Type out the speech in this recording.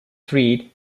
freed